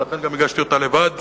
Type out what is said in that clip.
ולכן גם הגשתי אותה לבד.